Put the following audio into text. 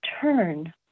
turn